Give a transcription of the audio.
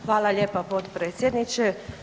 Hvala lijepa potpredsjedniče.